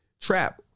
Trap